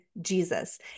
Jesus